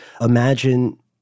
imagine